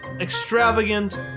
extravagant